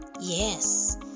Yes